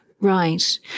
Right